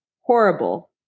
horrible